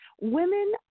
Women